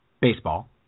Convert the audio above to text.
Baseball